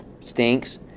stinks